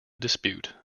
dispute